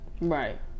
right